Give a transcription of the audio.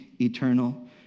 eternal